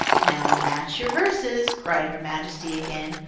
now match your verses, cried her majesty again,